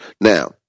Now